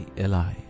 Eli